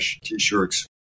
t-shirts